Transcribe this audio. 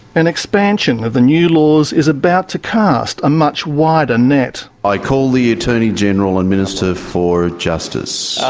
an expansion of the new laws is about to cast a much wider net. i call the attorney general and minister for justice.